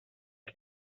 que